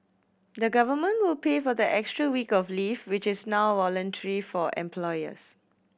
the Government will pay for the extra week of leave which is now voluntary for employers